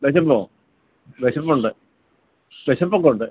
വിശപ്പോ വിശപ്പുണ്ട് വിശപ്പൊക്കെയുണ്ട്